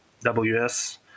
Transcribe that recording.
WS